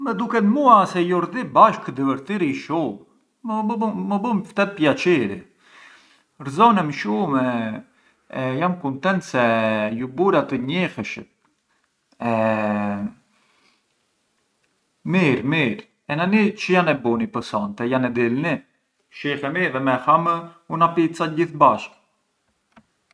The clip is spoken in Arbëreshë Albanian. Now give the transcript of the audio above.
Më duket mua se ju rdy bashkë divërtirij shumë, më bun… më bun fte piaçiri, gëzonem shumë e jam kuntent se ju bura të njihishët e mirë mirë, çë jan e buni pë sonte, jan e dilni? Shihemi, vemi e ham una pizza gjithë bashkë?